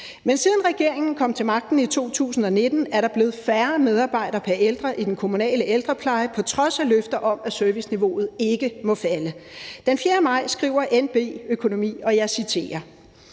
Siden regeringen kom til magten i 2019, er der blevet færre medarbejdere pr. ældre i den kommunale ældrepleje på trods af løfter om, at serviceniveauet ikke må falde. Den 4. maj skriver NB-Økonomi, og jeg citerer: